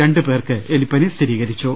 രണ്ട് പേർക്ക് എലിപ്പനി സ്ഥിരീകരിച്ചു